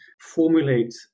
formulate